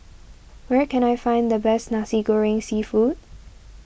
where can I find the best Nasi Goreng Seafood